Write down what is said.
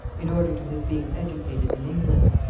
in order to his being educated in england.